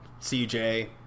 CJ